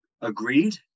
agreed